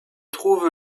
trouve